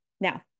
Now